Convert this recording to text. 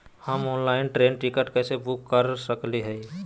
हम online train ticket कैसे book कर सकली हई?